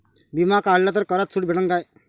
बिमा काढला तर करात सूट भेटन काय?